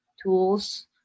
Tools